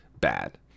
bad